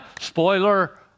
spoiler